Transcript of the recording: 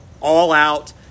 all-out